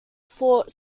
fought